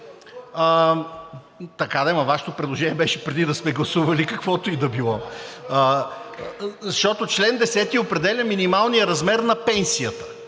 Така де, но Вашето предложение беше преди да сме гласували каквото и да било. Защото чл. 10 определя минималния размер на пенсията,